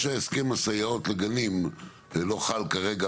זה כמו שהסכם הסייעות לגנים לא חל כרגע